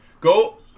go